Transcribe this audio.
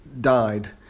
died